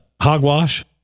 Hogwash